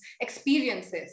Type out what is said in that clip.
experiences